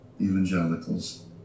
evangelicals